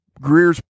Greer's